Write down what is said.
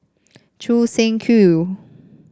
Choo Seng Quee